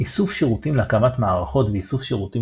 איסוף שירותים להקמת מערכות ואיסוף שירותים